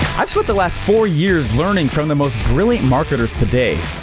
i've spent the last four years learning from the most brilliant marketers today.